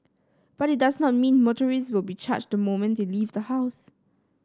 but it does not mean motorist will be charged the moment they leave the house